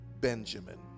Benjamin